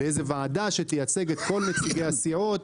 לאיזה ועדה שתייצג את כל נציגי הסיעות.